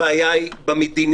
הבעיה היא במדיניות,